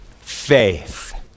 Faith